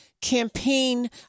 campaign